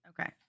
Okay